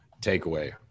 takeaway